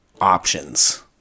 options